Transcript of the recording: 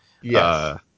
Yes